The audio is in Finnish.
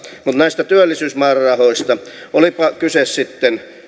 mutta näistä työllisyysmäärärahoista olipa kyse sitten